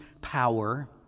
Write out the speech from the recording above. power